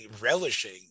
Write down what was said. relishing